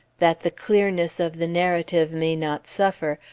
that the clearness of the narrative may not suffer,